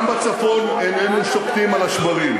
ובכן, גם בצפון איננו שוקטים על השמרים,